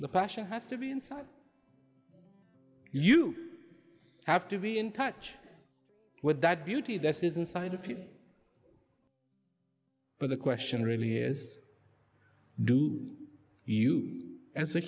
the passion has to be inside you have to be in touch with that beauty that is inside of you but the question really is do you as a